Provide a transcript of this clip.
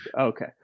Okay